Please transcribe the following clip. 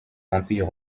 empire